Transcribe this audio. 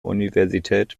universität